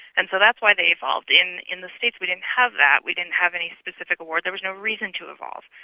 and so that's why they evolved. in in the states we didn't have that, we didn't have any specific awards, there was no reason to evolve.